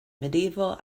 medieval